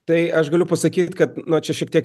tai aš galiu pasakyt kad na čia šiek tiek